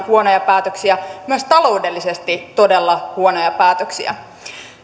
huonoja päätöksiä myös taloudellisesti todella huonoja päätöksiä